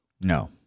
No